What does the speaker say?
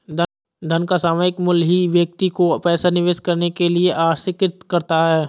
धन का सामायिक मूल्य ही व्यक्ति को पैसा निवेश करने के लिए आर्कषित करता है